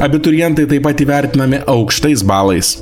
abiturientai taip pat įvertinami aukštais balais